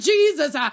Jesus